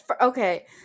Okay